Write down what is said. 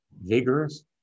vigorous